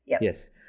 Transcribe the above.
Yes